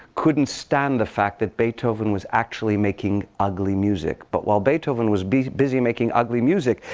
couldn't stand the fact that beethoven was actually making ugly music. but while beethoven was busy busy making ugly music,